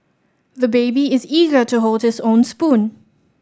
the baby is eager to hold his own spoon